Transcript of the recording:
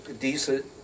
decent